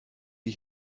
die